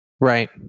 Right